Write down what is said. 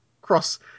cross